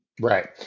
Right